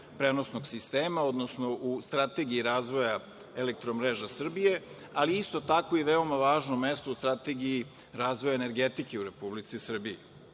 prenosnog sistema, odnosno u strategiji razvoja „Elektromreža Srbije“, ali isto tako i veoma važno mesto u strategiji razvoja energetike u Republici Srbiji.